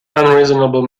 unreasonable